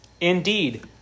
Indeed